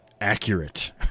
accurate